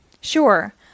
Sure